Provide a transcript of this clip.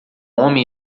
homem